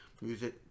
music